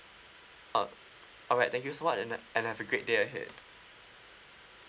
uh alright thank you so much and uh and have a great day ahead